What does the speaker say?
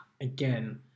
again